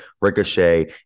Ricochet